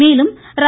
மேலும் ர